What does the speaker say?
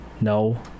no